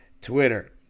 Twitter